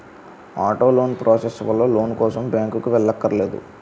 auto loan process వల్ల loan కోసం బ్యాంకుకి వెళ్ళక్కర్లేదు